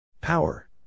Power